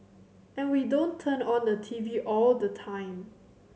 and we don't turn on the TV all the time